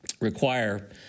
require